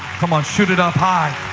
come on, shoot it up high.